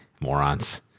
morons